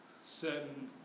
certain